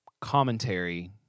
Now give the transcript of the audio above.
commentary